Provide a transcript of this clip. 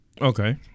okay